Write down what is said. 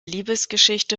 liebesgeschichte